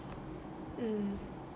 um